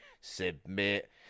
submit